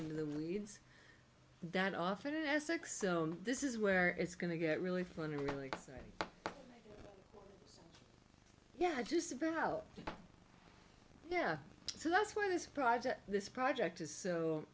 into the weeds that often as six this is where it's going to get really fun really yeah just about how yeah so that's why this project this project is so